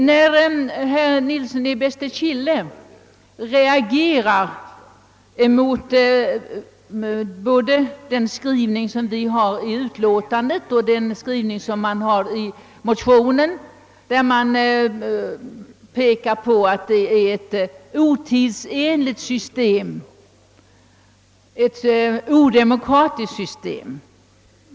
: Herr Nilsson i Bästekille reagerar 'såväl mot utskottets skrivning 'söm ' mot skrivningen i motionerna, där det framhålles att ordensväsendet inte är förenligt med ett demokratiskt betraktelsesätt.